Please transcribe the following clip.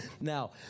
Now